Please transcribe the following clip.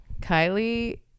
Kylie